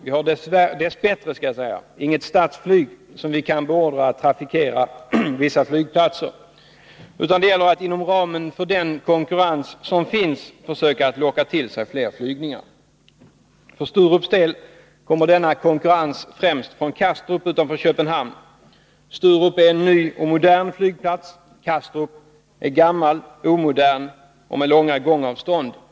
Vi har dess bättre inget statsflyg som vi kan beordra att trafikera vissa flygplatser. Det gäller att, inom ramen för den konkurrens som finns, försöka att locka till sig fler flygningar. För Sturups del kommer denna konkurrens främst från Kastrup utanför Köpenhamn. Sturup är en ny och modern flygplats, Kastrup är gammal, omodern och med långa gångavstånd.